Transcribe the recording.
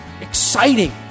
exciting